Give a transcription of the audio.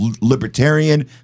libertarian